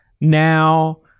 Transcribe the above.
now